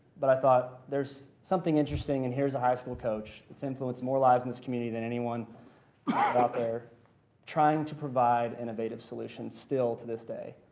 but i thought there's something interesting and here's a high school coach that's influenced more lives in this community than anyone out there trying to provide innovative solutions, still, to this day.